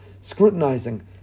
scrutinizing